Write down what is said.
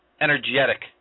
energetic